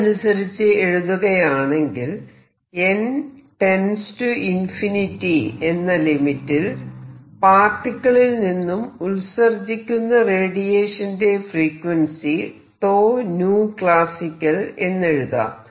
ഇതനുസരിച്ച് എഴുതുകയാണെങ്കിൽ n →∞ എന്ന ലിമിറ്റിൽ പാർട്ടിക്കിളിൽ നിന്നും ഉത്സർജ്ജിക്കുന്ന റേഡിയേഷന്റെ ഫ്രീക്വൻസി classical എന്നെഴുതാം